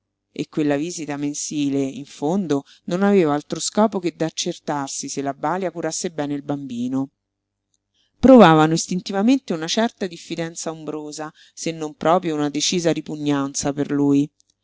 e quella visita mensile in fondo non aveva altro scopo che d'accertarsi se la balia curasse bene il bambino provavano istintivamente una certa diffidenza ombrosa se non proprio una decisa ripugnanza per lui